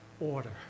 order